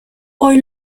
hoy